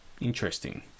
interesting